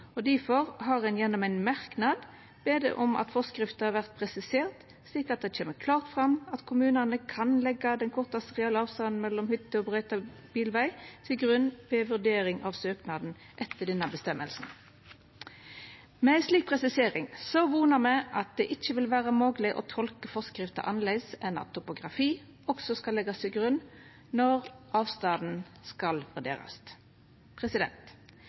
forstå. Difor har ein gjennom ein merknad bede om at forskrifta vert presisert slik at det kjem klart fram at kommunane kan leggja den kortaste reelle avstanden mellom hytte og brøyta bilveg til grunn ved vurdering av søknader etter denne føresegna. Med ei slik presisering vonar me at det ikkje vil vera mogleg å tolka forskrifta annleis enn at topografi også skal leggjast til grunn når avstanden skal vurderast.